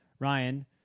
Ryan